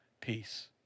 peace